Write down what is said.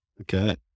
okay